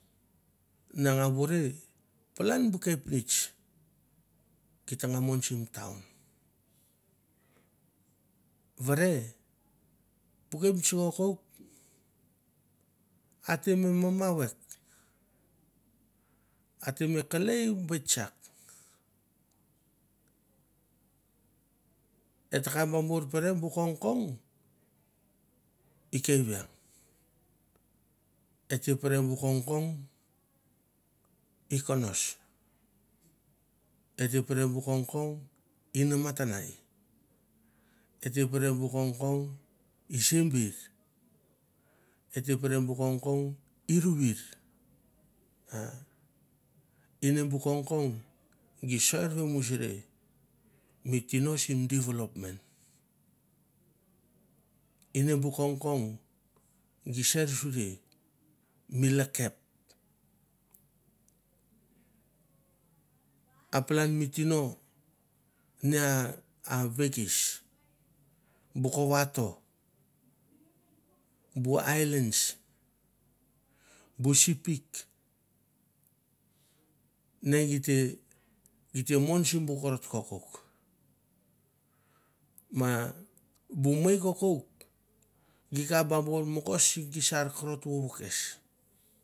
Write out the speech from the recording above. Na nga vore palan bu kepnets geit tanga mon sim taun vere bu kepnets kokouk ate me mama vek a te me kelei bet tsak, et takap bor pere bu kong i kong i konos et te pere bu kong kong i kavieng et te pere bu kong kong i namatanai, et te pere bu kong kong i sember, et te pere bu kongkong i rivir. a ine bu kongkong gi ser vemusuri mi tino sim development. Ine bu kong kong gi ser suri mi lekep a palan mi tino nia na vekis bu kova to, bu highlands bu sepik nr gite man korot kakauk, ma bu mei kokouk gite kap ba bor mogog si ke gi sa korot vo kes.